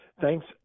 Thanks